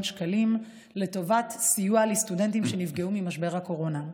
שקלים לטובת סיוע לסטודנטים שנפגעו במשבר הקורונה.